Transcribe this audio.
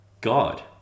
God